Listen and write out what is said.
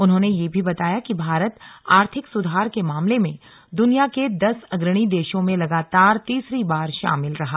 उन्होंने यह भी बताया कि भारत आर्थिक सुधार के मामले में दुनिया के दस अग्रणी देशों में लगातार तीसरी बार शामिल रहा